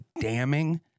damning